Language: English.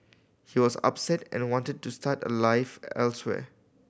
he was upset and wanted to start a life elsewhere